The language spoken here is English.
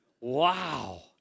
wow